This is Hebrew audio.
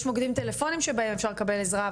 מוקדים טלפוניים שבהם אפשר לקבל עזרה,